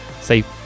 safe